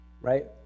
right